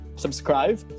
subscribe